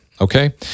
okay